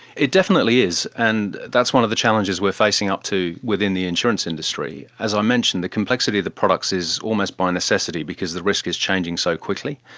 it definitely is, and that's one of the challenges we are facing up to within the insurance industry. as i mentioned, the complexity of the products is almost by necessity because the risk is changing so quickly.